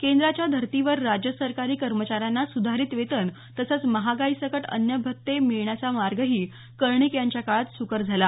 केंद्राच्या धर्तीवर राज्य सरकारी कर्मचाऱ्यांना सुधारित वेतन तसंच महागाईसकट अन्य भत्ते मिळण्याचा मार्गही कर्णिक यांच्याच काळात सुकर झाला